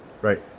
Right